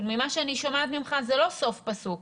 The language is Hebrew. ממה שאני שומעת ממך זה לא סוף פסוק.